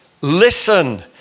Listen